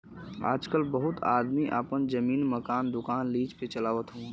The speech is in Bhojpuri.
आजकल बहुत आदमी आपन जमीन, मकान, दुकान लीज पे चलावत हउअन